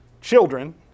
children